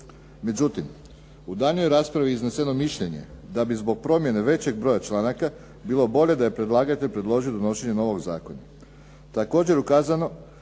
Međutim, u daljnjoj raspravi izneseno mišljenje da bi zbog promjene većeg broja članaka bilo bolje da je predlagatelj predložio donošenje novoga zakona.